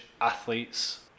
athletes